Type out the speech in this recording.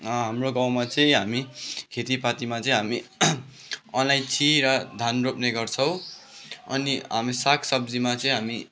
हाम्रो गाउँमा चाहिँ हामी खेतीपातीमा चाहिँ हामी अलैँची र धान रोप्ने गर्छौँ अनि हामी साग सब्जीमा चाहिँ हामी